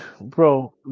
bro